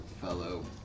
fellow